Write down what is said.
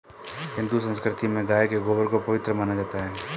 हिंदू संस्कृति में गाय के गोबर को पवित्र माना जाता है